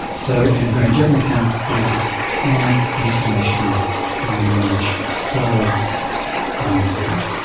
so in a very general sense there's this chronic inflammation going on which accelerates brain disease.